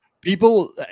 People